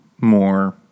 more